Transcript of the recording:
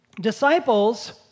Disciples